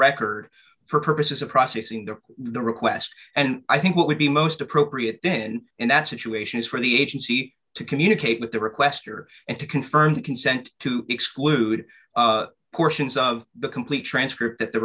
record for purposes of processing the the request and i think what would be most appropriate in in that situation is for the agency to communicate with the requester and to confirm consent to exclude portions of the complete transcript at the